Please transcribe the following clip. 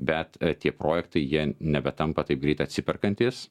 bet tie projektai jie nebetampa taip greit atsiperkantys